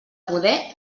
poder